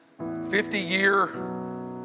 50-year